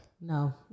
No